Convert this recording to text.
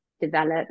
develop